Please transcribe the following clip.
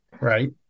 Right